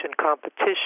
competition